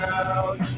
out